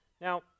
Now